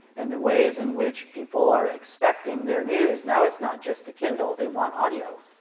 and the ways in which people are expecting their news. now it's not just the kindle. they want audio.